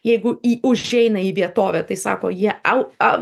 jeigu į užeina į vietovę tai sako jie au a